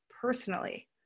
personally